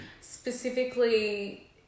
specifically